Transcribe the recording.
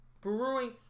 brewing